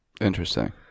Interesting